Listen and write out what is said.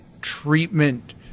treatment